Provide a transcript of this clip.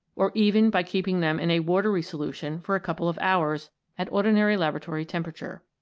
or even by keeping them in a watery solution for a couple of hours at ordinary laboratory temperature.